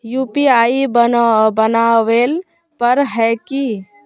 UPI बनावेल पर है की?